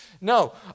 No